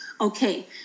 Okay